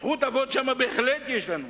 זכות אבות שם בהחלט יש לנו.